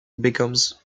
becomes